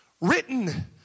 Written